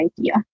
idea